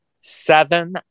seven